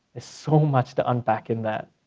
ah so much to unpack in that.